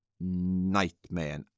nightmare